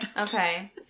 Okay